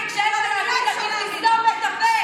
קרעי, כשאין מה להגיד, עדיף לסתום את הפה.